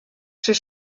j’ai